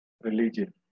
religion